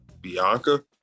Bianca